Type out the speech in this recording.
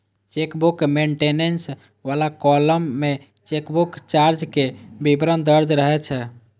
chequebook maintenance बला column मे chequebook चार्जक विवरण दर्ज रहै छै